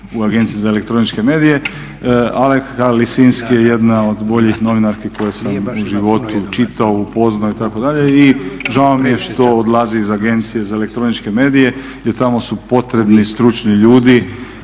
u Agenciji za elektroničke medija. Alemka Lisinski je jedna od boljih novinarki koje sam u životu čitao, upoznao itd. i žao mi je što odlazi iz Agencije za elektroničke medije jer tamo su potrebni stručni ljudi